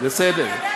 בסדר.